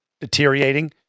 deteriorating